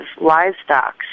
livestock